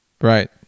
Right